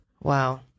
Wow